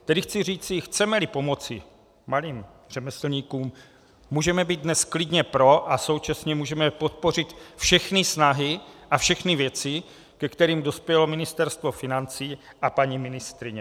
Tedy chci říci: chcemeli pomoci malým řemeslníkům, můžeme být dnes klidně pro a současně můžeme podpořit všechny snahy a všechny věci, ke kterým dospělo Ministerstvo financí a paní ministryně.